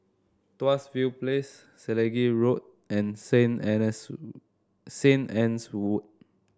Tuas View Place Selegie Road and St St Anne's Wood